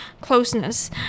closeness